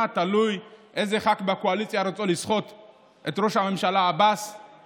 לדעתי זה בשילוב של משרד הבריאות ביחד עם משרד